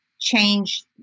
change